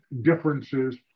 differences